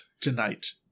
tonight